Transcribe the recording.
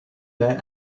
their